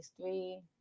three